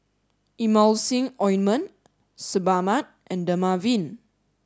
Emulsying ointment Sebamed and Dermaveen